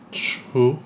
true